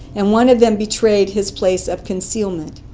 and one of them betrayed his place of concealment.